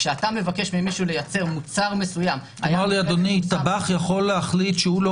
כשאתה מבקש ממישהו לייצר מוצר מסוים --- טבח יכול להחליט שהוא לא